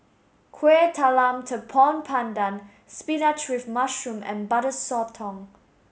Kueh Talam Tepong Pandan spinach with mushroom and Butter Sotong